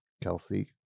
Kelsey